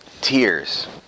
Tears